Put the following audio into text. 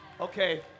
Okay